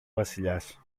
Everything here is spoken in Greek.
βασιλιάς